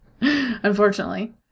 unfortunately